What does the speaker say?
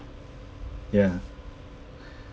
ya